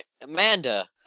Amanda